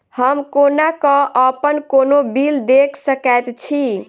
हम कोना कऽ अप्पन कोनो बिल देख सकैत छी?